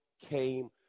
came